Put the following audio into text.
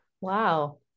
Wow